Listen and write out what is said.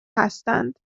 هستند